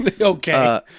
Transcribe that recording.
Okay